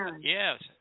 Yes